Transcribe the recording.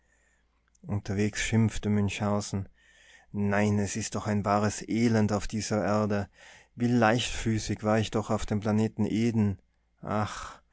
unterwegs schimpfte münchhausen nein es ist doch ein wahres elend auf dieser erde wie leichtfüßig war ich doch auf dem planeten eden ach